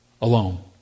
alone